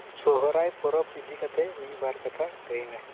ᱥᱚᱦᱚᱨᱟᱭ ᱯᱚᱨᱚᱵ ᱤᱫᱤᱠᱟᱛᱮᱜ ᱢᱤᱫᱵᱟᱨ ᱠᱟᱛᱷᱟ ᱞᱟᱹᱭᱢᱮ